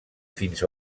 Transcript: fins